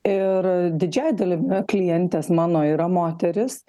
ir didžiąja dalimi klientės mano yra moterys